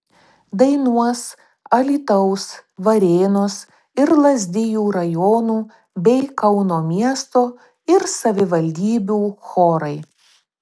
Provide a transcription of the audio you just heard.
dainuos alytaus varėnos ir lazdijų rajonų bei kauno miesto ir savivaldybių chorai